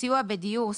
סיוע בדיור,